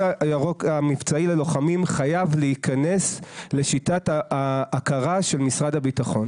הירוק המבצעי ללוחמים חייב להיכנס לשיטת ההכרה של משרד הביטחון.